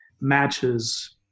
matches